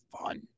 fun